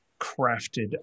crafted